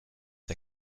der